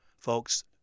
Folks